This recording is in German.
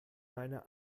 meine